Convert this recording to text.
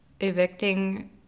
evicting